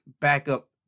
backup